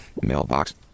Mailbox